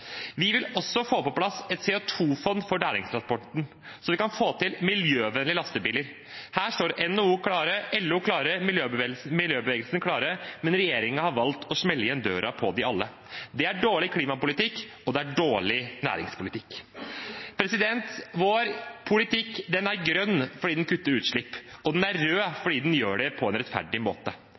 Vi vil også få på plass et CO2-fond for næringstransporten, så vi kan få miljøvennlige lastebiler. Her står NHO, LO og miljøbevegelsen klare, men regjeringen har valgt å smelle igjen døra for dem alle. Det er dårlig klimapolitikk, og det er dårlig næringspolitikk. Vår politikk er grønn fordi den kutter utslipp, og den er rød fordi den gjør det på en rettferdig måte.